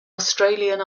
australian